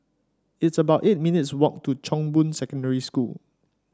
it's about eight minutes' walk to Chong Boon Secondary School